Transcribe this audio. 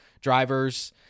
drivers